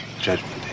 judgment